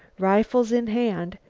rifles in hand,